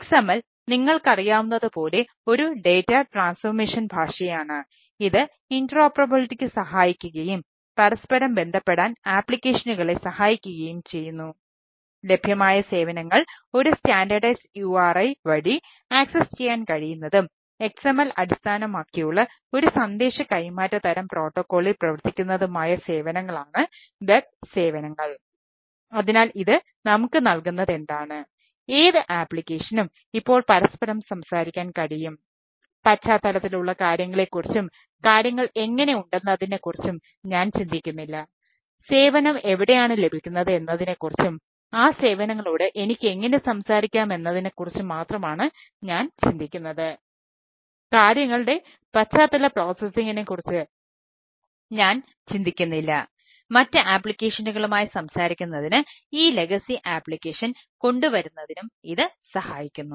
XML നിങ്ങൾക്കറിയാവുന്നതുപോലെ ഒരു data transformation കൊണ്ടുവരുന്നതിനും ഇത് സഹായിക്കുന്നു